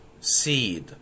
seed